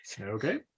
Okay